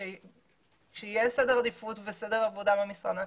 כשיהיה סדר עדיפות וסדר עבודה במשרד,